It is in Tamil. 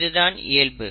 இது தான் இயல்பு